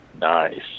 Nice